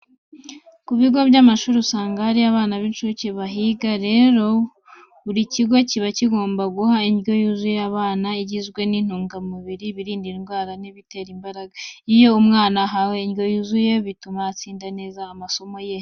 Ku bigo by'amashuri usanga hari abana b'incuke bahiga. Rero, buri kigo kiba kigomba guha indyo yuzuye aba bana, igizwe n'ibitunga umubiri, ibirinda indwara n'ibitera imbaraga. Iyo umwana ahawe indyo yuzuye bituma atsinda neza amasomo ye.